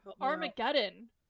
Armageddon